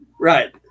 Right